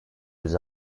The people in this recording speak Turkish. yüz